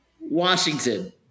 Washington